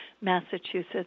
Massachusetts